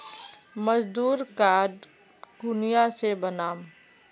मजदूर कार्ड कुनियाँ से बनाम?